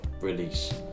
release